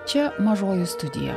čia mažoji studija